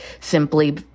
simply